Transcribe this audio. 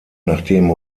nachdem